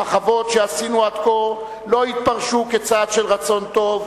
המחוות שעשינו עד כה לא התפרשו כצעד של רצון טוב,